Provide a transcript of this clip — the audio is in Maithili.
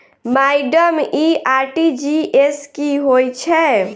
माइडम इ आर.टी.जी.एस की होइ छैय?